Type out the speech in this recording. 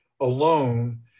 alone